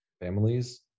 families